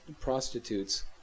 prostitutes